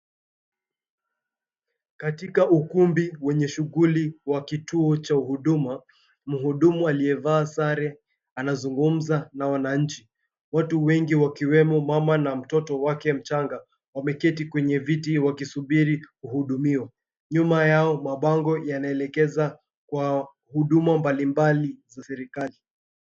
Katika ukumbi wenye shughuli wa kituo cha huduma, mhudumu aliyevaa sare anazungumza na wananchi. Watu wengi wakiwemo mama na mtoto wake mchanga, wameketi kwenye viti wakisubiri kuhudumiwa. Nyuma yao mabango yanaelekeza kwa huduma mbalimbali za serikali.